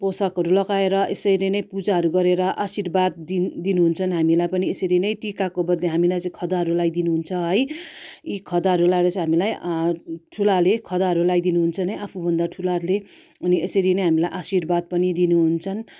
पोसाकहरू लगाएर यसरी नै पूजाहरू गरेर आशीर्वाद दिन दिनु हुन्छन् हामीलाई पनि यसरी नै टिकाको बद्ली हामीलाई चाहिँ खदाहरू लाइदिनु हुन्छ है यी खदाहरू लगाएर चाहिँ हामीलाई ठुलाले खदाहरू लाइदिनु हुन्छन् नै आफू भन्दा ठुलाहरूले अनि यसरी नै हामीलाई आशीर्वाद पनि दिनु हुन्छन्